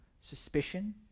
suspicion